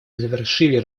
завершили